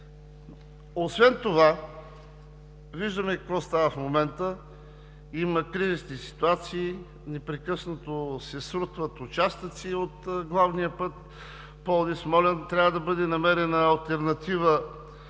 Освен това виждаме какво става в момента – има кризисни ситуации, непрекъснато се срутват участъци от главния път Пловдив – Смолян. Трябва да бъде намерена алтернатива